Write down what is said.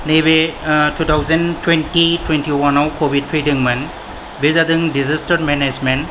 नैबे two thousand twenty twenty one आव covid फैदोंमोन बे जादों डिजास्टार मेनेजमेन्ट